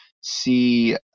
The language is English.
see